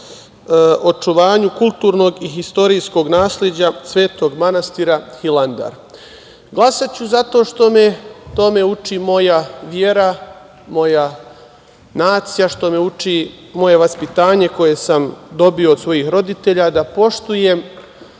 očuvanju kulturnog i istorijskog nasleđa Svetog manastira Hilandar. Glasaću zato što me tome uči moja vera, moja nacija, što me uči moje vaspitanje koje sam dobio od svojih roditelja, da poštujem